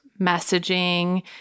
messaging